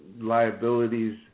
liabilities